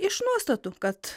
iš nuostatų kad